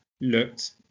looked